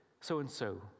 so-and-so